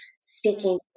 Speaking